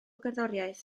gerddoriaeth